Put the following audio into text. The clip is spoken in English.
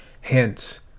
Hence